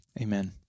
Amen